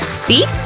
see?